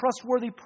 trustworthy